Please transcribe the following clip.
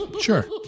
Sure